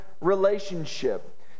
relationship